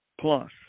plus